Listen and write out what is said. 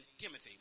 Timothy